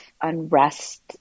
unrest